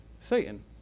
Satan